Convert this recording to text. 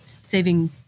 saving